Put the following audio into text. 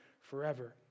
forever